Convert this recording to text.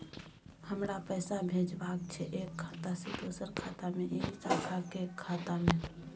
हमरा पैसा भेजबाक छै एक खाता से दोसर खाता मे एहि शाखा के खाता मे?